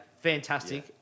fantastic